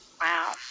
Wow